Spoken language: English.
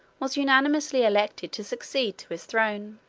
was unanimously elected to succeed to his throne.